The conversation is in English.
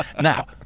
Now